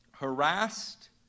harassed